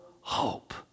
hope